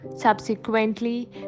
subsequently